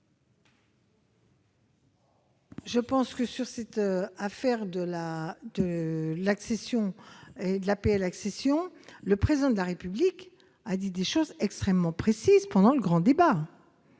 de vote. Sur cette question de l'APL accession, le Président de la République a dit des choses extrêmement précises pendant le grand débat.